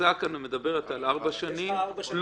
ההצעה כאן מדברת על ארבע שנים פלוס